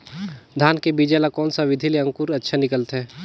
धान के बीजा ला कोन सा विधि ले अंकुर अच्छा निकलथे?